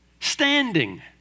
standing